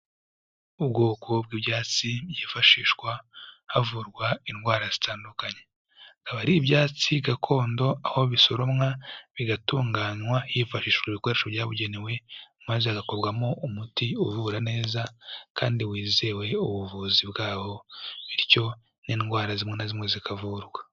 Ubwoko bw'ibyatsi byifashishwa havurwa indwara zitandukanyeba, akaba ari ibyatsi gakondo aho bisoromwa bigatunganywa hifashishijwe ibikoresho byabugenewe, maze hagakorwarwamo umuti uvura neza kandi wizewe ubuvuzi bwawo bityo n'indwara zimwe na zimwe zikavurwa.